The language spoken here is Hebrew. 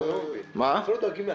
אתם לא דואגים לעצמכם?